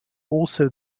also